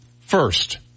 first